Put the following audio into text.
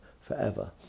forever